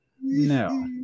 No